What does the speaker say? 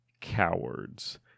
cowards